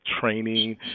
training